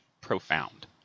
profound